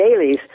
dailies